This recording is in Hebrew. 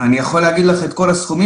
אני יכול להגיד לך את כל הסכומים,